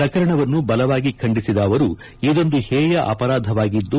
ಪ್ರಕರಣವನ್ನು ಬಲವಾಗಿ ಖಂಡಿಸಿದ ಅವರು ಇದೊಂದು ಹೇಯ ಅಪರಾಧವಾಗಿದ್ದು